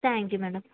thank you madam